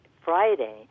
Friday